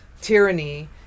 tyranny